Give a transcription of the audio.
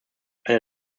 eine